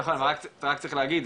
נכון אבל רק צריך להגיד,